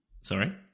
Sorry